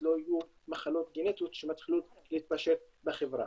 לא יהיו מחלות גנטיות שמתחילות להתפשט בחברה.